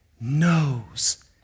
knows